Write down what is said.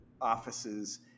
offices